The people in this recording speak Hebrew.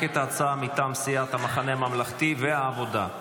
את ההצעה מטעם סיעת המחנה הממלכתי והעבודה.